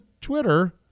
Twitter